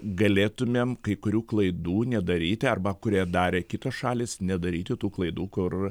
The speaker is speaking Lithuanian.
galėtumėm kai kurių klaidų nedaryti arba kurią darė kitos šalys nedaryti tų klaidų kur